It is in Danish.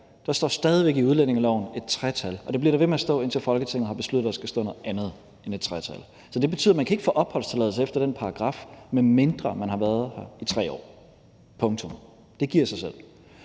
et tretal i udlændingeloven, og det bliver der ved med at stå, indtil Folketinget har besluttet, at der skal stå noget andet end et tretal. Det betyder, at man ikke kan få opholdstilladelse efter den paragraf, medmindre man har været her i 3 år – punktum. Det giver sig selv.